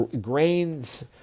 grains